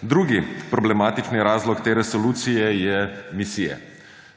Drugi problematični razlog te resolucije so misije.